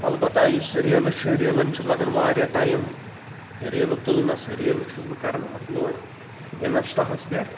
البتہ یُس ریٖلہٕ چھِ ریٖلن چھِ لگان وارِیاہ ٹایِم ریٖلہٕ تُلنس ریٖلہٕ چھُس بہٕ کران اپ لوڈ اِنسٹاہس پٮ۪ٹھ